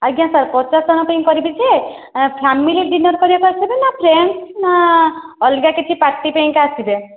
ଆଜ୍ଞା ସାର୍ ପଚାଶ ଜଣଙ୍କ ପାଇଁ କରିବି ଯେ ଫ୍ୟାମିଲି ଡିନର୍ କରିବାକୁ ଆସିବେ ନା ଫ୍ରେଣ୍ଡ୍ସ ନା ଅଲଗା କିଛି ପାର୍ଟି ପାଇଁକା ଆସିବେ